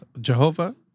Jehovah